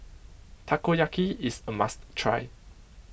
Takoyaki is a must try